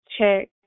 check